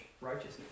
righteousness